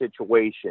situation